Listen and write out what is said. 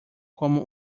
como